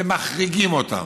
מחריגים אותם.